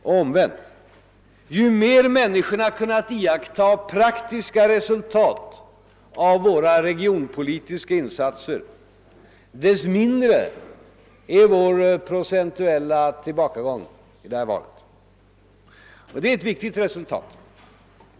Och omvänt, ju mer människorna kunnat iaktta de praktiska resultaten av våra regionpolitiska insatser, desto mindre blev vår procentuella tillbakagång i valet. Och det är ett viktigt resultat.